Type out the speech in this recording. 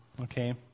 okay